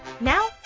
Now